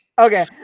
okay